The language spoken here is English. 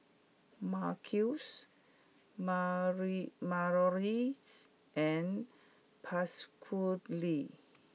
Marquis Mary Malorie and Pasquale